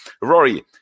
Rory